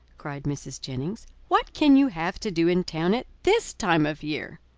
cried mrs. jennings. what can you have to do in town at this time of year?